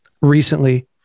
recently